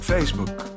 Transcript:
Facebook